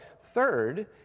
third